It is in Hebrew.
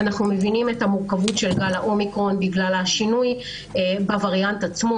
אנחנו מבינים את המורכבות של גל האומיקרון בגלל השינוי בווריאנט עצמו,